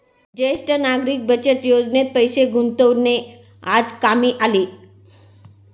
ज्येष्ठ नागरिक बचत योजनेत पैसे गुंतवणे आज कामी आले